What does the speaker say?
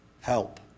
help